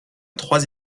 trois